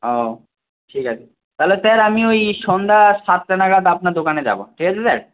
আও ঠিক আছে তালে স্যার আমি ওই সন্ধ্যা সাতটা নাগাদ আপনার দোকানে যাব ঠিক আছে স্যার